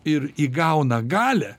ir įgauna galią